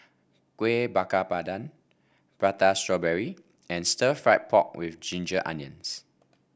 Kuih Bakar Pandan Prata Strawberry and Stir Fried Pork with Ginger Onions